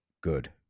good